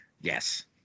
Yes